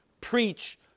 preach